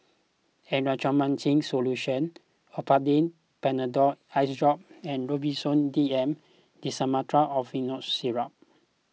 Erythroymycin Solution Olopatadine Patanol Eyedrop and Robitussin D M Dextromethorphan Syrup